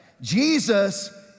Jesus